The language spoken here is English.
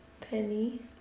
penny